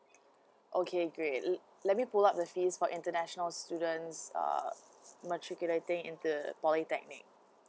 okay great le~ let me pull out the fee for international students uh matriculating into a polytechnic